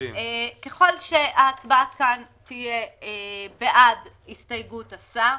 ככל שההצבעה כאן תהיה בעד הסתייגות השר,